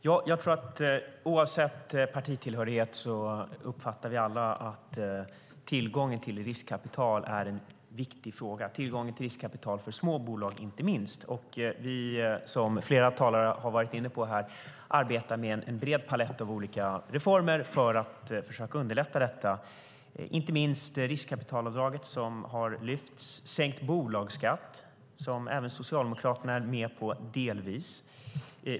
Herr talman! Oavsett partitillhörighet uppfattar vi alla att tillgången till riskkapital är en viktig fråga. Det gäller inte minst tillgången till riskkapital för små bolag. Som flera talare har varit inne på arbetar vi med en bred palett av olika reformer för att försöka underlätta detta. Det gäller inte minst riskkapitalavdraget som har lyfts fram. Det gäller sänkt bolagsskatt, som även Socialdemokraterna delvis är med på.